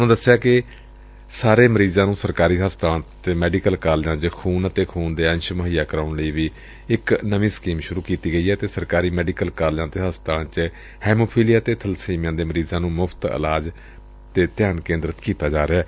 ਉਨ੍ਹਾਂ ਦਸਿਆ ਕਿ ਸਾਰੇ ਮਰੀਜ਼ਾਂ ਨੂੰ ਸਰਕਾਰੀ ਹਸਪਤਾਲਾਂ ਤੇ ਮੈਡੀਕਲ ਕਾਲਿਜਾਂ ਚ ਖੂਨ ਅਤੇ ਖੂਨ ਦੇ ਅੰਸ਼ ਮੁਹੱਈਆ ਕਰਾਉਣ ਲਈ ਵੀ ਇਕ ਨਵੀ ਸਕੀਮ ਸ਼ੁਰੂ ਕੀਤੀ ਗਈ ਏ ਅਤੇ ਸਰਕਾਰੀ ਮੈਡੀਕਲ ਕਾਲਿਜਾਂ ਤੇ ਹਸਪਤਾਲਾਂ ਚ ਹੈਮੋਫੀਲੀਆ ਤੇ ਬਲਸੀਮੀਆਂ ਦੇ ਮਰੀਜ਼ਾਂ ਦੇ ਮੁਫ਼ਤ ਇਲਾਜ ਤੇ ਧਿਆਨ ਕੇਂਦਰਿਤ ਕੀਤਾ ਜਾ ਰਿਹੈ